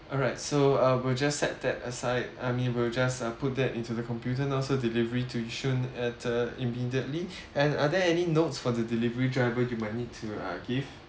alright so uh we'll just set that aside I mean we'll just uh put that into the computer now so delivery to yishun at uh immediately and are there any notes for the delivery driver you might need to uh give